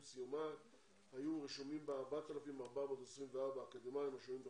עם סיומה היו רשומים בה 4,424 אקדמאים השוהים בחו"ל.